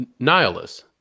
Nihilus